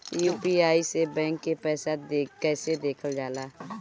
UPI से bank के पैसा कैसे देखल जाला?